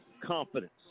confidence